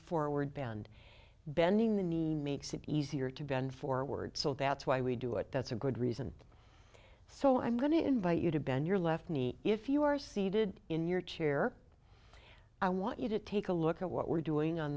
forward band bending the needle makes it easier to bend forward so that's why we do it that's a good reason so i'm going to invite you to bend your left knee if you are seated in your chair i want you to take a look at what we're doing on